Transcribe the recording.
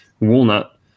walnut